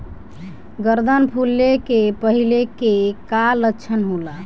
गर्दन फुले के पहिले के का लक्षण होला?